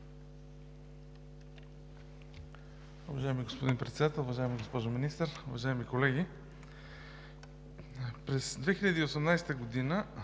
Уважаеми господин Председател, уважаема госпожо Министър, уважаеми колеги! През 2018 г.